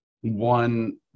one